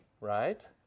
right